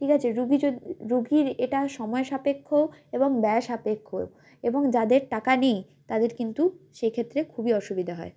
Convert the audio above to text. ঠিক আছে রোগী যদি রোগীর এটা সময় সাপেক্ষ এবং ব্যয় সাপেক্ষ এবং যাদের টাকা নেই তাদের কিন্তু সেক্ষেত্রে খুবই অসুবিধে হয়